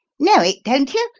know it, don't you?